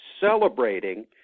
celebrating